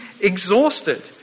exhausted